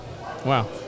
Wow